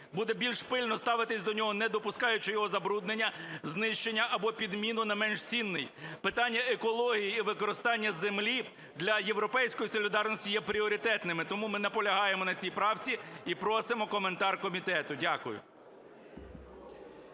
буде більш пильно ставитись до нього, не допускаючи його забруднення, знищення або підміну на менш цінний. Питання екології і використання землі для "Європейської солідарності" є пріоритетними. Тому ми наполягаємо на цій правці і просимо коментар комітету. Дякую.